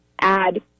add